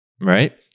right